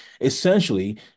essentially